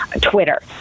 Twitter